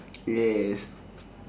yes